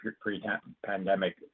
pre-pandemic